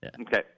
Okay